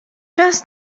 czas